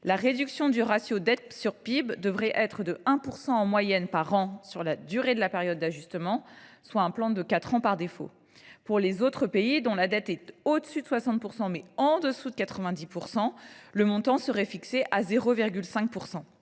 la réduction du ratio dette sur PIB devrait être de 1 % en moyenne par an sur la durée de la période d’ajustement, soit un plan de quatre ans par défaut. Pour les autres pays, dont la dette est supérieure à 60 %, mais inférieure à 90 %, le montant serait fixé à 0,5 %.